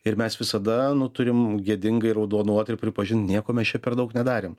ir mes visada nu turim gėdingai raudonuot ir pripažint nieko mes čia per daug nedarėm